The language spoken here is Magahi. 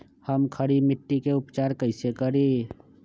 हम खड़ी मिट्टी के उपचार कईसे करी?